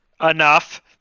Enough